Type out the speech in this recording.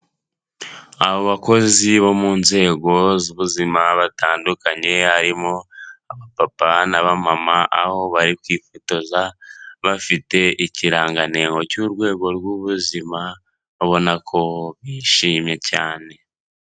Abo bakozi bo mu nzego z'ubuzima batandukanye harimo aba papa naba mama, aho bari kwifotoza bafite ikirangantego cy'urwego rw'ubuzima ubona ko bishimye cyane.